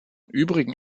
übrigen